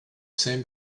same